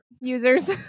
users